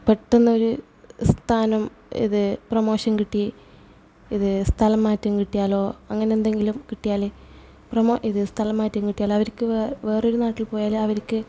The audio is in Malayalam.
പെട്ടെന്നൊര് സ്ഥാനം ഇത് പ്രമോഷൻ കിട്ടി ഇത് സ്ഥലം മാറ്റം കിട്ടിയാലോ അങ്ങനെന്തെങ്കിലും കിട്ടിയാല് പ്രമോ ഇത് സ്ഥലം മാറ്റം കിട്ടിയാല് അവർക്ക് വേറൊര് നാട്ടിൽ പോയാൽ അവർക്ക്